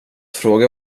fråga